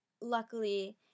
luckily